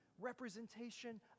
representation